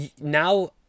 now